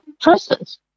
choices